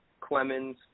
clemens